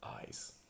eyes